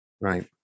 right